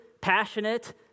passionate